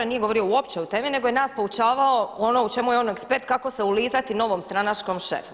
Nije govorio uopće o temi, nego je nas poučavao ono u čemu je on ekspert kako se ulizati novom stranačkom šefu.